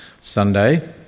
Sunday